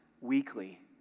weekly